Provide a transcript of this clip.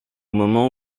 moment